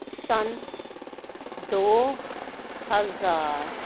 ਸੰਨ ਦੋ ਹਜ਼ਾਰ